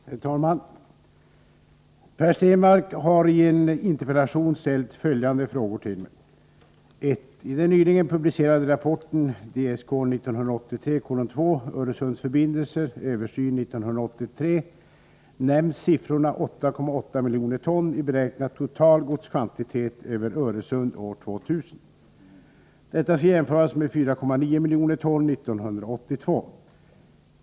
Herr talman! Per Stenmarck har i en interpellation ställt följande frågor till mig: 1. I den nyligen publicerade rapporten Öresundsförbindelser, översyn 1983, nämns siffrorna 8,8 miljoner ton i beräknad total godskvantitet över Öresund år 2000. Detta skall jämföras med 4,9 miljoner ton 1982.